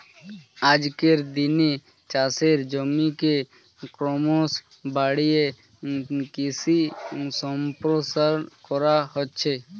আজকের দিনে চাষের জমিকে ক্রমশ বাড়িয়ে কৃষি সম্প্রসারণ করা হচ্ছে